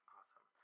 Awesome